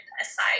aside